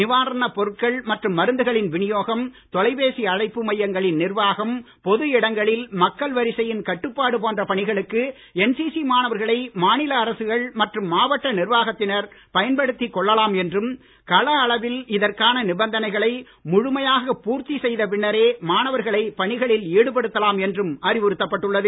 நிவாரணப் பொருட்கள் மற்றும் மருந்துகளின் விநியோகம் தொலைபேசி அழைப்பு மையங்களின் நிர்வாகம் பொது இடங்களில் மக்கள் வரிசையின் கட்டுப்பாடு போன்ற பணிகளுக்கு என்சிசி மாணவர்களை மாநில அரசுகள் மற்றும் மாவட்ட நிர்வாகத்தினர் பயன்படுத்திக் கொள்ளலாம் என்றும் கள அளவில் இதற்கான நிபந்தனைகளை முழுமையாக பூர்த்தி செய்த பின்னரே மாணவர்களை பணிகளில் ஈடுபடுத்தலாம் என்றும் அறிவுறுத்தப்பட்டுள்ளது